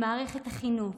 במערכת החינוך,